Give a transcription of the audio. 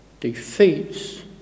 defeats